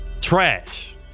trash